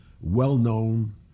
Well-known